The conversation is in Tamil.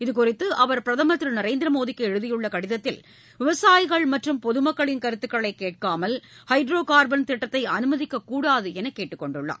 இதுகுறித்து அவர் பிரதமர் திரு நரேந்திர மோடிக்கு எழுதியுள்ள கடிதத்தில் விவசாயிகள் மற்றும் பொதுமக்களின் கருத்துக்களை கேட்காமல் ஹைட்ரோ கார்பன் திட்டத்தை அனுமதிக்கக்கூடாது என்று கேட்டுக்கொண்டுள்ளார்